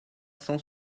cent